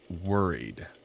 worried